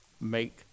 make